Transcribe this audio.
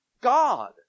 God